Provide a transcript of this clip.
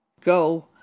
go